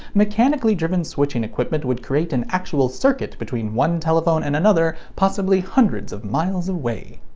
mechanically driven switching equipment would create an actual circuit between one telephone and another possibly hundreds of miles away.